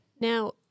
now